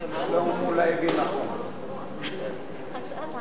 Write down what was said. כן, כן, בבקשה.